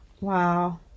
Wow